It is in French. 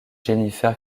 jennifer